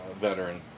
veteran